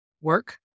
work